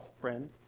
friend